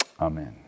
Amen